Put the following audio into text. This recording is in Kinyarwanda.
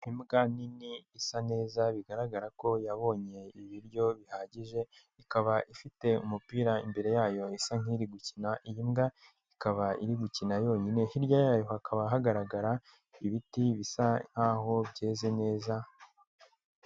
Imbwa nini isa neza bigaragara ko yabonye ibiryo bihagije, ikaba ifite umupira imbere yayo isa nk'iri gukina, iyi imbwa ikaba iri gukina yonyine, hirya yayo hakaba hagaragara ibiti bisa nk'aho byeze neza.